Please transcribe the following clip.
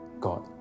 God